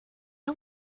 are